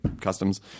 customs